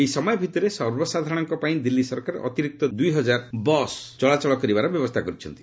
ଏହି ସମୟ ଭିତରେ ସର୍ବସାଧାରଣମାନଙ୍କ ପାଇଁ ଦିଲ୍ଲୀ ସରକାର ଅତିରିକ୍ତ ଦୁଇ ହଜାର ବସ ଚଳାଚଳ କରିବାର ବ୍ୟବସ୍ଥା କରିଛନ୍ତି